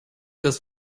dass